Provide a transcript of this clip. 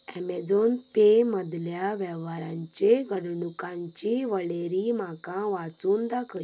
Amazon pay मदल्या वेव्हारांचे घडणुकांची वळेरी म्हाका वाचून दाखय